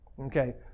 Okay